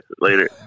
Later